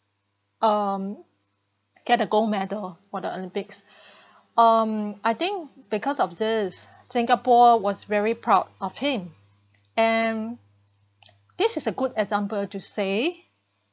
um get a gold medal for the Olympics um I think because of this singapore was very proud of him and this is a good example to say